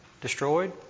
destroyed